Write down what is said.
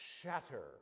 shatter